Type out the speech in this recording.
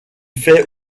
fait